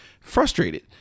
frustrated